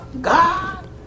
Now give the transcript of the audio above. God